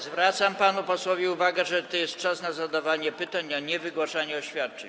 Zwracam panu posłowi uwagę, że to jest czas na zadawanie pytań, a nie na wygłaszanie oświadczeń.